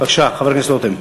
בבקשה, חבר הכנסת רותם.